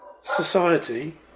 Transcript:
society